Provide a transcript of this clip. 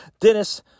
Dennis